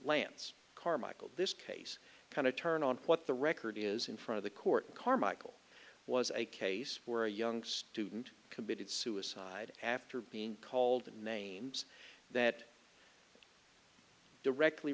lance carmichael this case kind of turn on what the record is in front of the court carmichael was a case where a young student committed suicide after being called names that directly